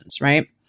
right